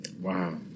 Wow